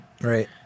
Right